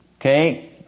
Okay